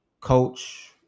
Coach